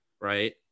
Right